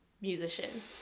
musician